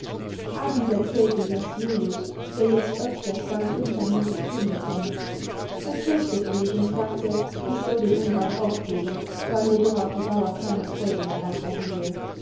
abends erzählte ich es julius der jetzt öfters ganz unvermutet zu mir kommt er tröstete mich und sagte ich soll den umgang aufgeben weil mir doch auf die dauer keine freude daraus erblühe